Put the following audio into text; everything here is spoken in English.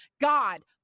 God